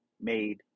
made